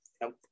nope